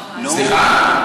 סליחה?